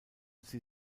sie